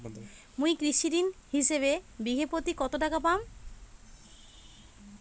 মুই কৃষি ঋণ হিসাবে বিঘা প্রতি কতো টাকা পাম?